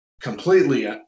completely